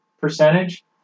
percentage